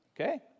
okay